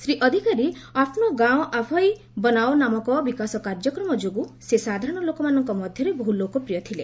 ଶ୍ରୀ ଅଧିକାରୀ ଆଫନୋ ଗାଓଁ ଆଫାଇ ବନାଓ ନାମକ ବିକାଶ କାର୍ଯ୍ୟକ୍ରମ ଯୋଗୁଁ ସେ ସାଧାରଣ ଲୋକମାନଙ୍କ ମଧ୍ୟରେ ବହୁ ଲୋକପ୍ରିୟ ଥିଲେ